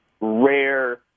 rare